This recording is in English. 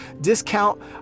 discount